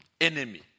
enemy